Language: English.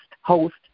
host